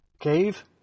cave